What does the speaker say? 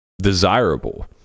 desirable